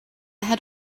had